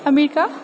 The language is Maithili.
अमेरिका